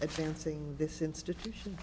advancing this institution